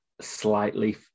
slightly